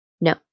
No